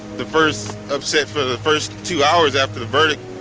the first upset for the first two hours after the verdict,